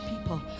people